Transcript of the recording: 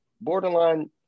borderline